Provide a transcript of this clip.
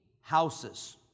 houses